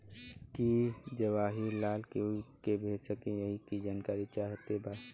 की जवाहिर लाल कोई के भेज सकने यही की जानकारी चाहते बा?